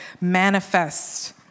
manifest